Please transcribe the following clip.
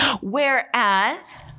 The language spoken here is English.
whereas